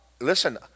Listen